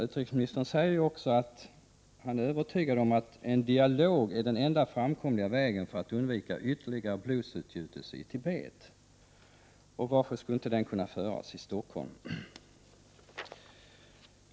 Utrikesministern säger också att han är övertygad om att en dialog är den enda framkomliga vägen för att undvika ytterligare blodsutgjutelse i Tibet. Varför skulle den dialogen inte kunna föras i Stockholm?